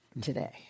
today